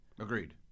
Agreed